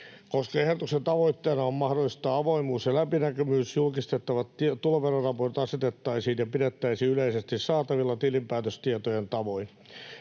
Koska ehdotuksen tavoitteena on mahdollistaa avoimuus ja läpinäkyvyys, julkistettavat tuloveroraportit asetettaisiin ja pidettäisiin yleisesti saatavilla tilinpäätöstietojen tavoin.